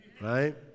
right